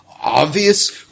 obvious